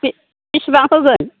बेसेबां होगोन